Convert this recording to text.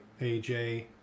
AJ